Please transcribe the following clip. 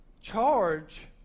charge